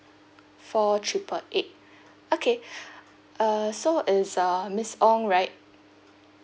four triple eight okay uh so it's uh miss ong right